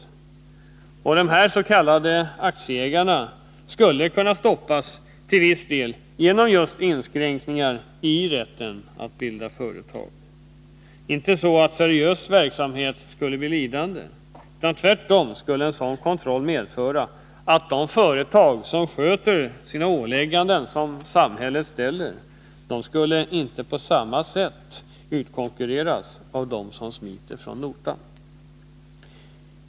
Dessa s.k. aktieägare skulle till viss del kunna stoppas genom just inskränkningar i rätten att bilda företag. Det är inte så att seriös verksamhet skulle bli lidande, utan tvärtom skulle en sådan kontroll medföra att de företag som sköter sina åligganden gentemot samhället inte på samma sätt som nu kan utkonkurreras av dem som smiter från notan.